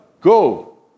go